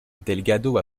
delgado